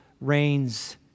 reigns